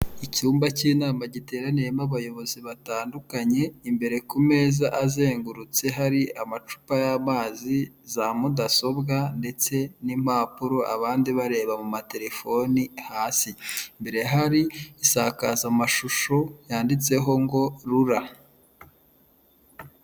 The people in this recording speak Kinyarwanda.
Icyumba cy'inama giteraniyemo abayobozi batandukanye, imbere ku meza azengurutse hari amacupa y'amazi, za mudasobwa ndetse n'impapuro abandi bareba mu matelefoni hasi. Imbere hari insakazamashusho yanditseho ngo rura.